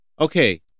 okay